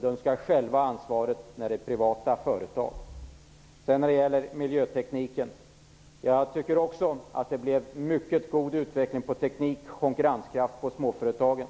De skall själva ha ansvaret när det gäller privata företag. När det gäller miljötekniken vill jag säga att också jag tycker att det blev en mycket god utveckling av tekniken och av konkurrenskraften i småföretagen.